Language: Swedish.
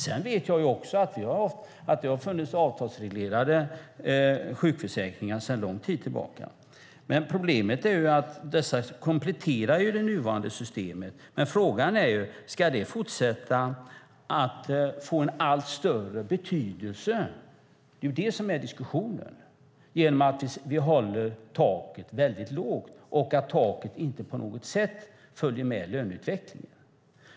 Sedan vet också jag att det har funnits avtalsreglerade sjukförsäkringar sedan lång tid tillbaka. Problemet är att dessa kompletterar det nuvarande systemet, men frågan är om det ska fortsätta att få en allt större betydelse. Det är det som är diskussionen när vi håller taket lågt och när taket inte på något sätt följer med löneutvecklingen.